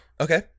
Okay